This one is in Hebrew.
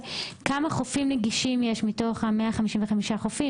וכמה חופים נגישים יש מתוך ה-155 חופים,